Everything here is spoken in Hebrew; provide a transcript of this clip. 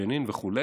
ג'נין וכו',